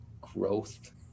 growth